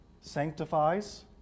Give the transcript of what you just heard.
sanctifies